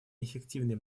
эффективные